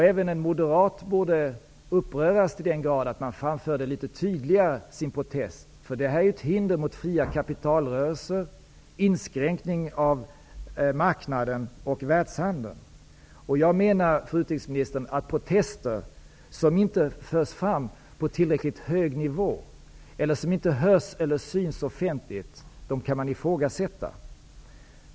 Även en moderat borde uppröras så till den grad att den egna protesten framfördes litet tydligare. Det här är ju ett hinder för fria kapitalrörelser. Det är en inskränkning av marknaden och världshandeln. Jag menar, fru utrikesminister, att protester som inte förs fram på tillräckligt hög nivå eller som inte hörs eller syns offentligt kan ifrågasättas.